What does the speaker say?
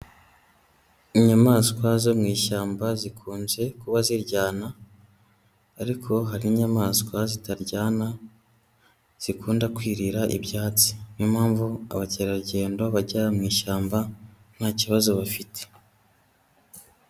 Inyamaswa zo mu ishyamba zikunze kuba ziryana, ariko hari n'inyamaswa zitaryana zikunda kwirira ibyatsi, ni yo mpamvu abakerarugendo bajya mu ishyamba nta kibazo bafite.